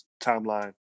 timeline